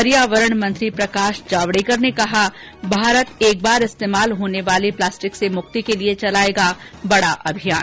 पर्यावरण मंत्री प्रकाश जावड़ेकर ने कहा कि भारत एक बार इस्तेमाल होने वाली प्लास्टिक से मुक्ति के लिए चलायेगा बड़ा अभियान